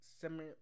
similar